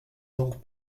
donc